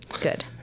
Good